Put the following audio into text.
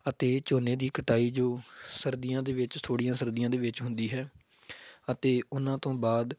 ਅਤੇ ਝੋਨੇ ਦੀ ਕਟਾਈ ਜੋ ਸਰਦੀਆਂ ਦੇ ਵਿੱਚ ਥੋੜ੍ਹੀਆਂ ਸਰਦੀਆਂ ਦੇ ਵਿੱਚ ਹੁੰਦੀ ਹੈ ਅਤੇ ਉਨ੍ਹਾਂ ਤੋਂ ਬਾਅਦ